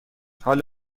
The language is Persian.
حال